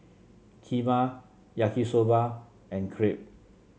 Kheema Yaki Soba and Crepe